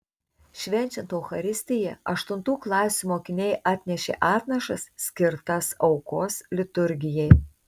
švenčiant eucharistiją aštuntų klasių mokiniai atnešė atnašas skirtas aukos liturgijai